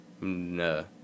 No